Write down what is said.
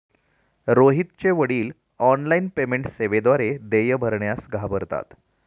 रोहितचे वडील online payment सेवेद्वारे देय भरण्यास घाबरतात